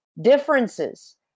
differences